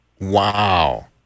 Wow